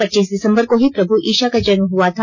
पच्चीस दिसंबर को ही प्रभु ईशा का जन्म हआ था